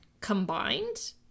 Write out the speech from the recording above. combined